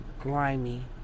grimy